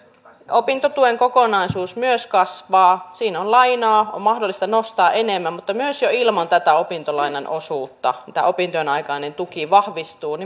opintotuen kokonaisuus myös kasvaa siinä on lainaa mahdollista nostaa enemmän mutta myös jo ilman tätä opintolainan osuutta tämä opintojen aikainen tuki vahvistuu